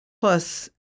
plus